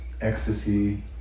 ecstasy